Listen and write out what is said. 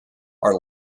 are